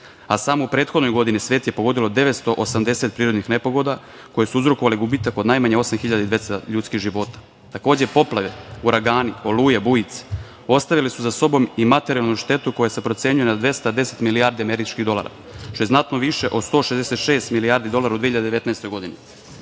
a samo u prethodnoj godini svet je pogodilo 980 prirodnih nepogoda koje su uzrokovale gubitak od najmanje osam hiljada i 200 ljudskih života. Takođe, poplave, uragani, oluje, bujice ostavile su za sobom i materijalnu štetu koja se procenjuje na 210 milijardi američkih dolara što je znatno više od 166 milijardi dolara u 2019. godini. Kada